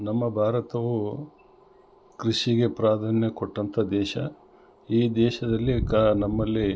ನಮ್ಮ ಭಾರತವು ಕೃಷಿಗೆ ಪ್ರಾಧಾನ್ಯಕೊಟ್ಟಂಥ ದೇಶ ಈ ದೇಶದಲ್ಲಿ ಕ ನಮ್ಮಲ್ಲಿ